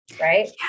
Right